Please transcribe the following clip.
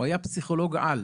הוא היה פסיכולוג על,